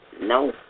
No